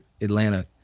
Atlanta